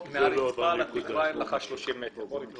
מהרצפה לתקרה כאן זה לא 30 מטרים.